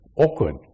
awkward